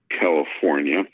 California